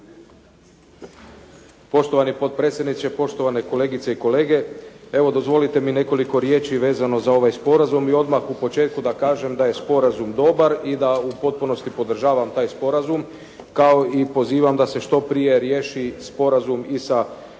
Poštovani potpredsjedniče, poštovane kolegice i kolege. Evo, dozvolite mi nekoliko riječi vezano za ovaj sporazum i odmah u početku da kažem da je sporazum dobar i da u potpunosti podržavam taj sporazum kao i pozivam da se što prije riješi sporazum i sa